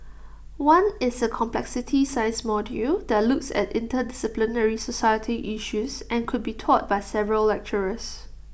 one is A complexity science module that looks at interdisciplinary societal issues and could be taught by several lecturers